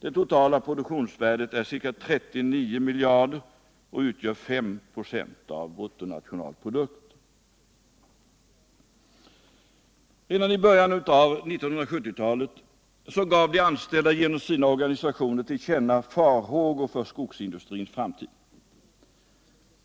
Det totala produktionsvärdet är ca 39 miljarder kronor och utgör 5 926 av BNP.” Redan i början av 1970-talet gav de anställda genom sina organisationer till känna farhågor för skogsindustrins framtid.